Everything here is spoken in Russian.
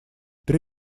три